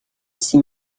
six